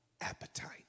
appetite